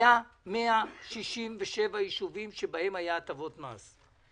שהיו 167 יישובים שהיו בהם הטבות מס.